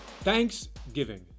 Thanksgiving